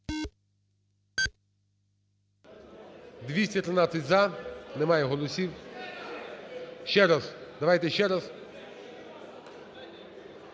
За-213 Немає голосів. Ще раз, давайте ще раз.